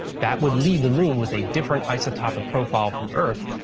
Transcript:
that would leave a little with a different isotopic profile from earth,